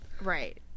Right